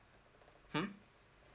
hmm